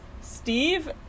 Steve